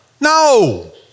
No